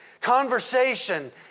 conversation